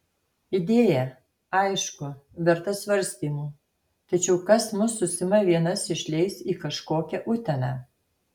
idėja aišku verta svarstymų tačiau kas mus su sima vienas išleis į kažkokią uteną